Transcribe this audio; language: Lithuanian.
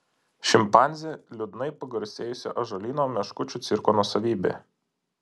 šimpanzė liūdnai pagarsėjusio ąžuolyno meškučių cirko nuosavybė